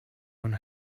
own